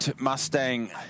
Mustang